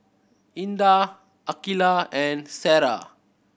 Indah Aqilah and Sarah